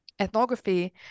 ethnography